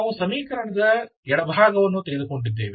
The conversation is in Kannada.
ನಾವು ಸಮೀಕರಣದ ಎಡಭಾಗವನ್ನು ತೆಗೆದುಕೊಂಡಿದ್ದೇವೆ